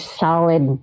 solid